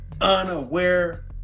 unaware